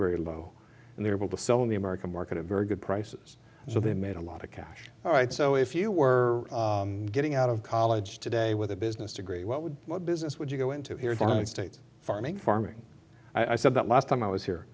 very low and they're able to sell in the american market a very good prices so they made a lot of cash all right so if you were getting out of college today with a business degree what would what business would you go into here's our state's farming farming i said that last time i was here